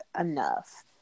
enough